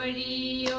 ie